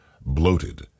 bloated